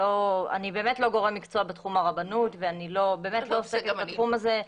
אני באמת לא גורם מקצוע בתחום הרבנות ואני באמת לא עוסקת בתחום הזה.